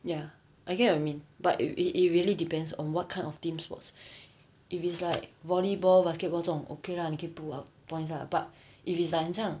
ya I get what you mean but it it it really depends on what kind of team sports if it's like volleyball basketball 这种 okay lah 你可以 pull up points lah but if it's like 很像